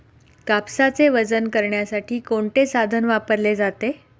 कापसाचे वजन करण्यासाठी कोणते साधन वापरले जाते?